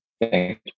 Thank